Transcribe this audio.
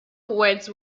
poets